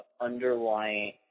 underlying